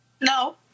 No